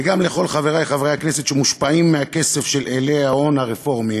וגם לכל חברי חברי הכנסת שמושפעים מהכסף של אילי ההון הרפורמים: